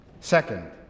Second